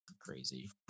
crazy